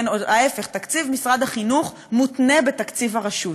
משרד החינוך מותנה בתקציב הרשות,